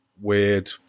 weird